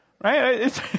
right